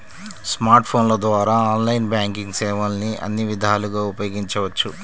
smart ఫోన్ల ద్వారా online banking సేవల్ని అన్ని విధాలుగా ఉపయోగించవచ్చు